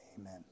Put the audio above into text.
Amen